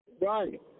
right